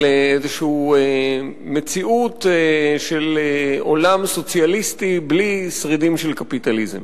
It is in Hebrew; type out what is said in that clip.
על איזו מציאות של עולם סוציאליסטי בלי שרידים של קפיטליזם.